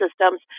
systems